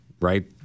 right